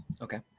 Okay